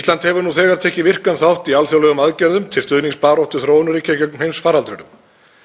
Ísland hefur nú þegar tekið virkan þátt í alþjóðlegum aðgerðum til stuðnings baráttu þróunarríkja gegn heimsfaraldrinum.